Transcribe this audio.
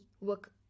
work